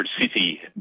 city